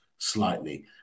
Slightly